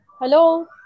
Hello